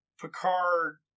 Picard